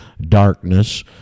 darkness